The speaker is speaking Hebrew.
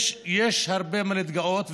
יש הרבה במה להתגאות,